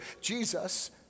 Jesus